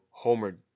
homered